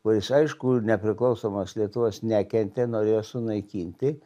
kuris aišku nepriklausomos lietuvos nekentė norėjo sunaikinti